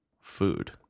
food